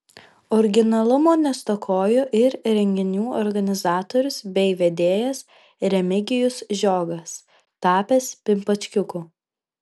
originalumo nestokojo ir renginių organizatorius bei vedėjas remigijus žiogas tapęs pimpačkiuku